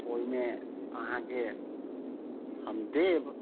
ओइमे अहाँके हम देब